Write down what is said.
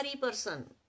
person